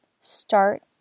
start